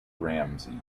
ramsay